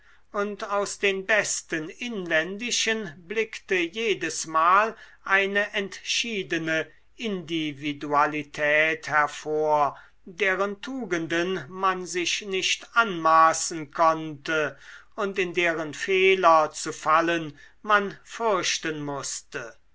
und aus den besten inländischen blickte jedesmal eine entschiedene individualität hervor deren tugenden man sich nicht anmaßen konnte und in deren fehler zu fallen man fürchten mußte